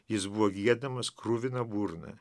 jis buvo giedamas kruvina burna